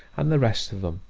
and the rest of them,